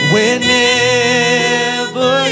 Whenever